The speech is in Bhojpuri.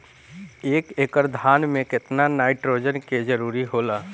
एक एकड़ धान मे केतना नाइट्रोजन के जरूरी होला?